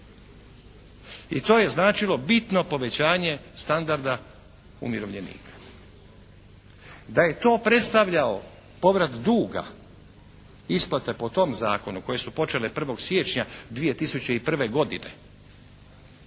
i to je značilo bitno povećanje standarda umirovljenika. Da je to predstavljao povrat dug isplate po tom zakonu koje su počele 1. siječnja 2001. godine,